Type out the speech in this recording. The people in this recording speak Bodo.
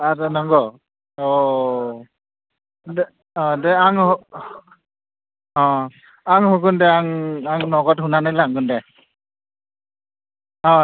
आरो नांग' अ अ दे आङो आं होगन दे आं रां नगद होनानै लागोन दे